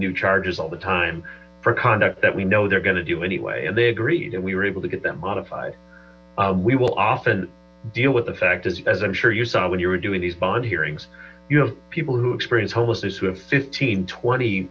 new charges all the time for conduct that we know they're going to do anyway and they agreed and we were able to get them modified we will often deal with the fact as i'm sure you saw when you were doing these bond hearings you have people who experience homelessness who have fifteen twenty